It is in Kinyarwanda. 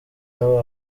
nabo